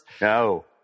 No